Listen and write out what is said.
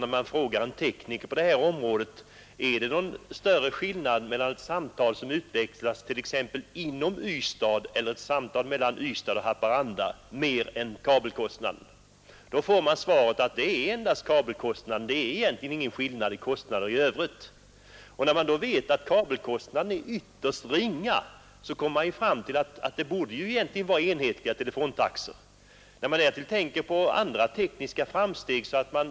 Om man frågar en tekniker på detta område om det är någon större skillnad på samtal som utväxlas t.ex. inom Ystad och samtal mellan Ystad och Haparanda, får man till svar att skillnaden ligger endast i kabelkostnaden. I övrigt finns det egentligen inga skillnader. Om man då vet att kabelkostnaden är ytterst ringa, så kommer man ju fram till att det egentligen borde vara enhetliga telefontaxor. Det har också gjorts andra tekniska framsteg på teleområdet.